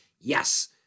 Yes